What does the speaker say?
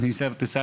כפי שאמרתי